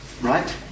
right